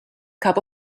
cup